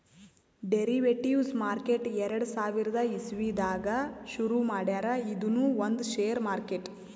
derivatives market ಎರಡ ಸಾವಿರದ್ ಇಸವಿದಾಗ್ ಶುರು ಮಾಡ್ಯಾರ್ ಇದೂನು ಒಂದ್ ಷೇರ್ ಮಾರ್ಕೆಟ್